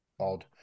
odd